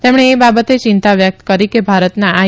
તેમણે એ બાબતે ચિંતા વ્યક્ત કરી કે ભારતના આઈ